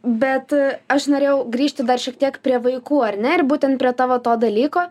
bet aš norėjau grįžti dar šiek tiek prie vaikų ar ne ir būtent prie tavo to dalyko